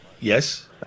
Yes